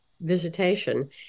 visitation